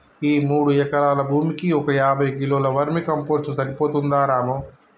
ఈ మూడు ఎకరాల భూమికి ఒక యాభై కిలోల వర్మీ కంపోస్ట్ సరిపోతుందా రాము